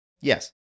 Yes